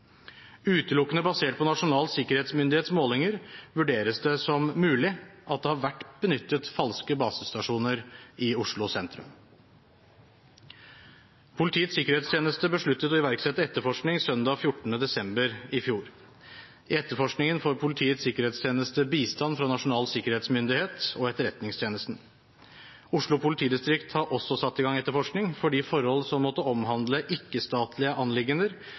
Utelukkende basert på Nasjonal sikkermyndighets målinger vurderes det som mulig at det har vært benyttet falske basestasjoner i Oslo sentrum. Politiets sikkerhetstjeneste besluttet å iverksette etterforskning søndag 14. desember i fjor. I etterforskningen får Politiets sikkerhetstjeneste bistand fra Nasjonal sikkerhetsmyndighet og Etterretningstjenesten. Oslo politidistrikt har også satt i gang etterforskning for de forhold som måtte omhandle ikke-statlige anliggender,